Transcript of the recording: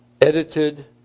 edited